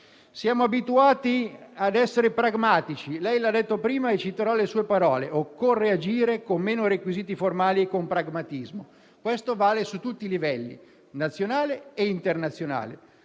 Siamo abituati ad essere pragmatici, lei lo ha detto prima e citerò le sue parole: occorre agire con meno requisiti formali e con pragmatismo. Questo vale su tutti i livelli: nazionale e internazionale.